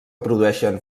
produïxen